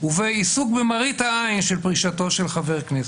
ובו עיסוק במראית העין של פרישתו של חבר כנסת.